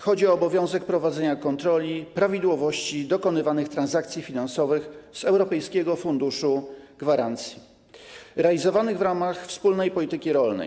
Chodzi o obowiązek prowadzenia kontroli prawidłowości dokonywanych transakcji finansowanych ze środków Europejskiego Funduszu Gwarancji, realizowanych w ramach wspólnej polityki rolnej.